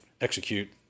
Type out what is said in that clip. execute